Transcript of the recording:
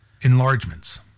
Enlargements